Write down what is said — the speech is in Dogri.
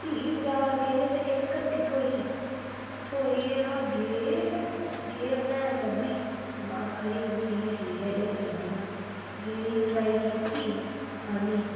भी बजार गे ते इक हट्टी थ्होई थ्होई गे गे उ'नै लब्भी आखा दी अम्मी एह् ठीक ऐ एह् लेई लैनी आं गेदी ट्राई कीती आनी